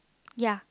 ya